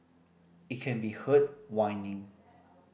it can be heard whining